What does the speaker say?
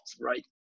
right